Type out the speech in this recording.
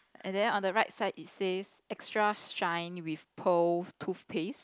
and then on the right side it says extra shine with pole toothpaste